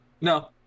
No